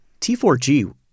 T4G